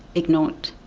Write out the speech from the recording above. ignored.